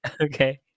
okay